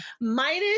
minus